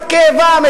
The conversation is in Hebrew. את כאבם,